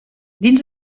dins